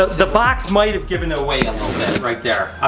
the box might've given it away a little bit right there, i'm